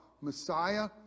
Messiah